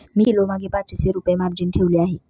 मी किलोमागे पाचशे रुपये मार्जिन ठेवली आहे